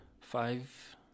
Five